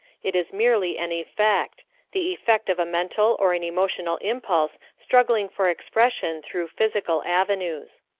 it is merely an effect the effect of a mental or an emotional impulse struggling for expression through physical avenues.